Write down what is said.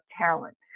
talent